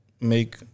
make